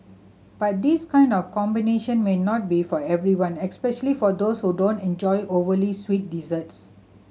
but this kind of combination may not be for everyone especially for those who don't enjoy overly sweet desserts